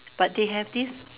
but they have this